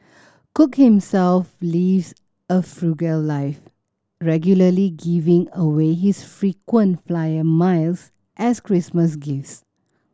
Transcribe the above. cook himself lives a frugal life regularly giving away his frequent flyer miles as Christmas gifts